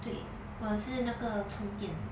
对我的是那个充电